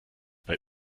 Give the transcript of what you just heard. bei